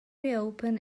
reopen